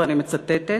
ואני מצטטת: